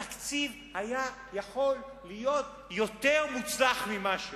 התקציב היה יכול להיות יותר מוצלח ממה שהוא.